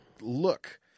look